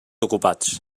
ocupats